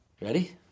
Ready